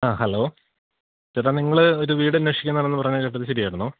ആ ഹലോ ചേട്ടാ നിങ്ങൾ ഒരു വീട് അന്വേഷിക്കുന്നുണ്ടെന്ന് പറഞ്ഞത് കേട്ടല്ലോ ശെരിയായിരുന്നോ